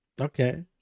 Okay